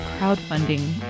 crowdfunding